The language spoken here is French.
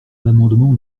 l’amendement